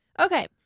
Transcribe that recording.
okay